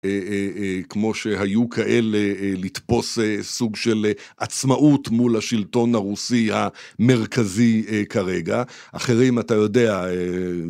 כמו שהיו כאלה, לתפוס סוג של עצמאות מול השלטון הרוסי המרכזי כרגע. אחרים אתה יודע...